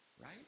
right